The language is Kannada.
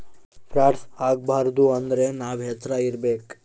ಫ್ರಾಡ್ಸ್ ಆಗಬಾರದು ಅಂದ್ರೆ ನಾವ್ ಎಚ್ರ ಇರ್ಬೇಕು